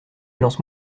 lance